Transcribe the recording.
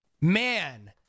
man